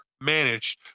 managed